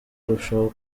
arushaho